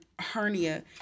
hernia